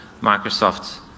Microsoft